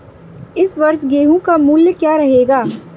इस वर्ष गेहूँ का मूल्य क्या रहेगा?